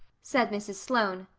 said mrs. sloane.